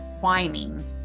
whining